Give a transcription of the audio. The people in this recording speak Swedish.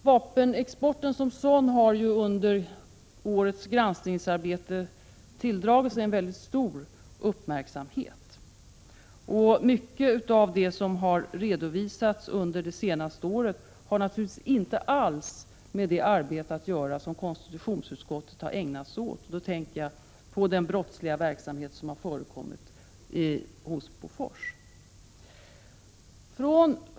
Vapenexporten som sådan har under årets granskningsarbete tilldragit sig en mycket stor uppmärksamhet. Mycket av det som har redovisats under det senaste året har naturligtvis inte alls med det arbete att göra som konstitutionsutskottet har ägnat sig åt. Jag tänker då på den brottsliga verksamhet som har förekommit hos Bofors.